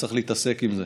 וצריך להתעסק עם זה.